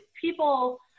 people